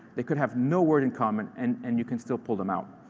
they could have no word in common, and and you can still pull them out.